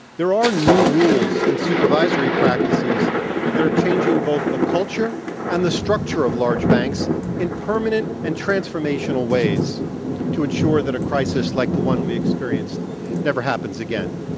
there are new rules and supervisory practices that are changing both the culture and the structure of large banks in permanent and transformational ways to ensure that a crisis like the one we experienced never happens again.